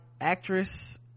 actress